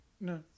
No